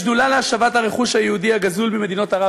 השדולה להשבת הרכוש היהודי הגזול ממדינות ערב